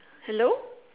hello